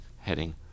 heading